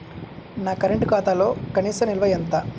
నా కరెంట్ ఖాతాలో కనీస నిల్వ ఎంత?